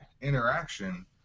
interaction